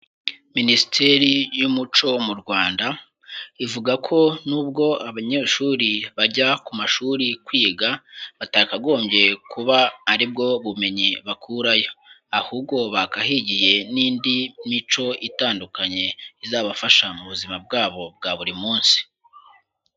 Minisiteri y'Umuco mu Rwanda ivuga ko nubwo abanyeshuri bajya ku mashuri kwiga, batakagombye kuba ari bwo bumenyi bakurayo ahubwo bakahigiye n'indi mico itandukanye izabafasha mu buzima bwabo bwa buri munsi.